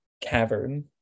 cavern